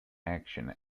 action